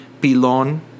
Pilon